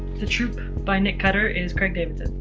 the troop by nick cutter is craig davidson.